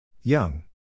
Young